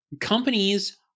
companies